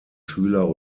schüler